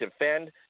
defend